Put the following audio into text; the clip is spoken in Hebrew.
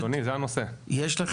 אלה מכתבים --- לך ליאיר מעיין,